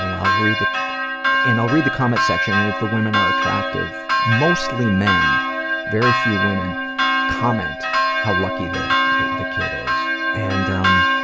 and i'll read the and i'll read the comments section, and if the women are attractive, mostly men very few women comment how lucky the the kid is. and, um